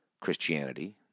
Christianity